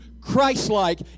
Christ-like